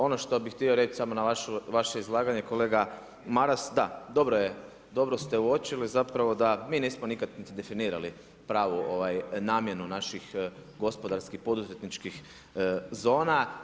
Ono što bi htio reći, samo na vaše izlaganje, kolega Maras, da, dobro ste uočili, da mi nismo nikada ni definirali, pravu namjenu, naših gospodarskih, poduzetničkih zona.